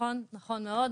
נכון מאוד.